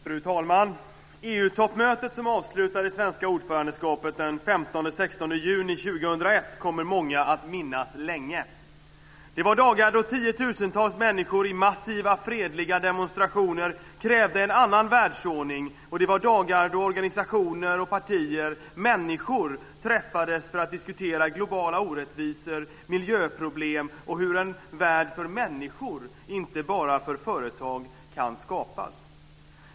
Fru talman! EU-toppmötet som avslutade det svenska ordförandeskapet den 15-16 juni 2001 kommer många att minnas länge. Det var dagar då tiotusentals människor i massiva, fredliga demonstrationer krävde en annan världsordning, och det var dagar då organisationer och partier, människor, träffades för att diskutera globala orättvisor, miljöproblem och hur en värld för människor, inte bara för företag, kan skapas.